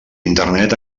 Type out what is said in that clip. internet